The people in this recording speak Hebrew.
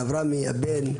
הרב רמי, הבן,